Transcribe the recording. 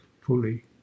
fully